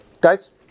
Guys